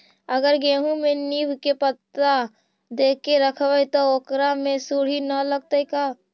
अगर गेहूं में नीम के पता देके यखबै त ओकरा में सुढि न लगतै का?